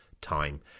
time